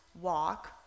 walk